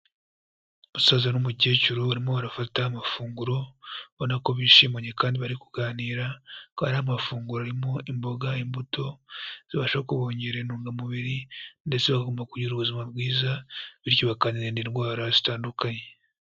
Umusaza n'umukecuru barimo barafata amafunguro ubona ko bishimanye kandi bari kuganira ko ari amafunguro arimo imboga, imbuto zibasha kubongerera intungamubiri ndetse bagomba kugira ubuzima bwiza, bityo bakanirinda indwara zitandukanye.